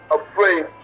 afraid